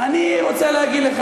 אני רוצה להגיד לך,